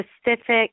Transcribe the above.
specific